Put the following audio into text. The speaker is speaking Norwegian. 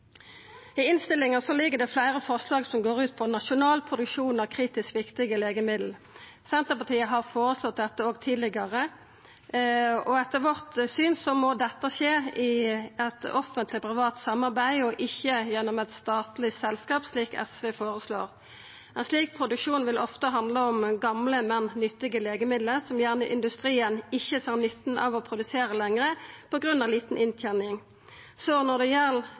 I innstillinga ligg det fleire forslag som går ut på nasjonal produksjon av kritisk viktige legemiddel. Senterpartiet har føreslått dette òg tidlegare, og etter vårt syn må dette skje i eit offentleg–privat samarbeid og ikkje gjennom eit statleg selskap, slik SV føreslår. Ein slik produksjon vil ofte handla om gamle, men nyttige legemiddel som industrien på grunn av lita inntening gjerne ikkje såg nytta av å produsera lenger. Så når det gjeld